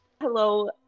Hello